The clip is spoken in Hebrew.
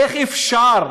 איך אפשר?